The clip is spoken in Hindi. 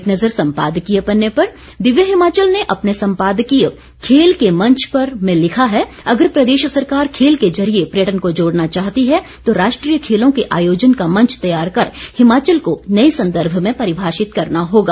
एक नज़र सम्पादकीय पन्ने पर दिव्य हिमाचल ने अपने संपादकीय खेल के मंच पर में लिखा है अगर प्रदेश सरकार खेल के जरिए पर्यटन को जोड़ना चाहती है तो राष्ट्रीय खेलों के आयोजन का मंच तैयार कर हिमाचल को नए संदर्भ में परिभाषित करना होगा